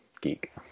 geek